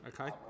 Okay